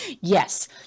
yes